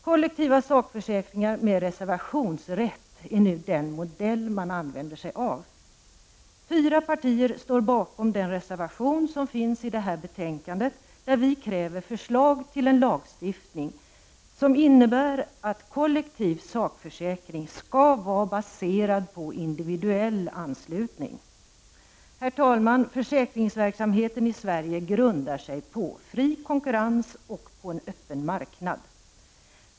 Kollektiva sakförsäkringar med reservationsrätt är den modell man nu använder sig av. Fyra partier står bakom den reservation till det här betänkandet där vi kräver förslag till en lagstiftning som innebär att kollektiv sakförsäkring skall vara baserad på individuell anslutning. Herr talman! Försäkringsverksamheten i Sverige grundar sig på fri kon kurrens på en öppen marknad.